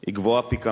היא גבוהה פי כמה.